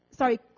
Sorry